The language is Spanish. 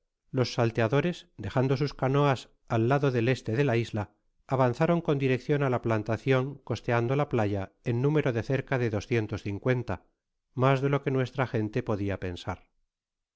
los salteadores dejando sns canoas al lado del este de la isla avanzaron con direccion á la plantacion costeando la playa en número de cerca de doscientos cincuenta mas de lo que nuestra gente podia pensar